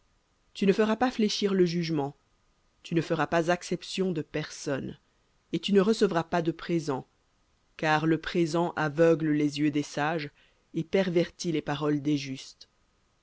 tu ne tueras pas l'innocent et le juste car je ne justifierai pas et tu ne recevras pas de présent car le présent aveugle ceux qui voient clair et pervertit les paroles des justes